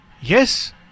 Yes